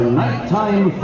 nighttime